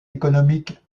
économiques